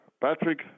Patrick